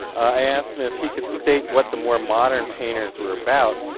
i asked him if he could state what the more modern painters were about,